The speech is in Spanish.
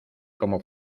como